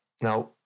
Now